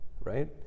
right